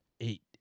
Eight